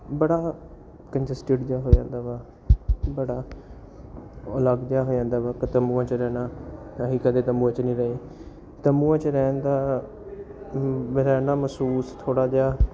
ਬੜਾ ਕੰਜਸਟਡ ਜਿਹਾ ਹੋ ਜਾਂਦਾ ਵਾ ਬੜਾ ਅਲੱਗ ਜਿਹਾ ਹੋ ਜਾਂਦਾ ਵਾ ਤੰਬੂਆਂ 'ਚ ਰਹਿਣਾ ਅਸੀਂ ਕਦੇ ਤੰਬੂਆਂ 'ਚ ਨਹੀਂ ਰਹੇ ਤੰਬੂਆਂ 'ਚ ਰਹਿਣ ਦਾ ਰਹਿਣਾ ਮਹਿਸੂਸ ਥੋੜ੍ਹਾ ਜਿਹਾ